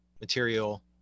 material